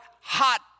hot